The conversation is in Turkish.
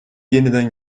yeniden